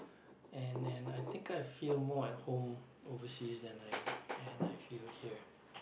and and I think I feel more at home overseas than I than I feel here